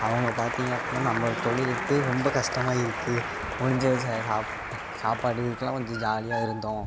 அவங்க பார்த்தீங்க அப்படின்னா நம்ம தொழிலுக்கு ரொம்ப கஷ்டமா இருக்குது கொஞ்சம் ச சாப் சாப்பாடு இதுக்கெலாம் கொஞ்சம் ஜாலியாக இருந்தோம்